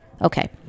Okay